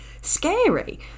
scary